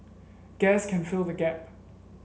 gas can fill the gap